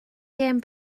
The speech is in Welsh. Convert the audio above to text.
gêm